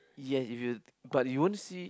yes if you but you won't see